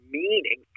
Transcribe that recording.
meaning